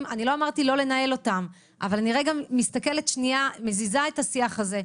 אבל אני רגע מסתכלת ומזיזה את השיח הזה,